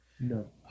No